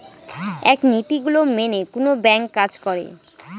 এক নীতি গুলো মেনে কোনো ব্যাঙ্ক কাজ করে